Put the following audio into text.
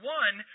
one